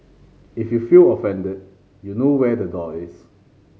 if you feel offended you know where the door is